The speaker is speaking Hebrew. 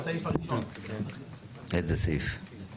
איזה סעיף?